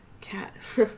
cat